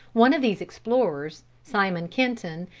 one of these explorers, simon kenton,